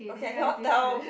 okay I cannot tell